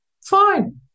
Fine